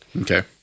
Okay